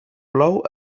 plou